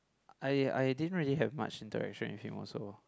I I didn't really have much interaction with him also